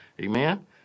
Amen